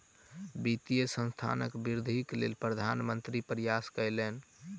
वित्तीय संस्थानक वृद्धिक लेल प्रधान मंत्री प्रयास कयलैन